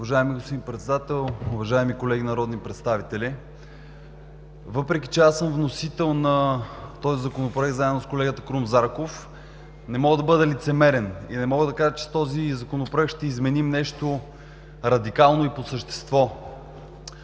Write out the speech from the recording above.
Уважаеми господин Председател, уважаеми колеги народни представители! Въпреки че аз съм вносител на този Законопроект заедно с колегата Крум Зарков, не мога да бъда лицемерен и не мога да кажа, че с този Законопроект ще изменим нещо радикално и по същество.